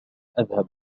أذهب